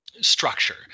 structure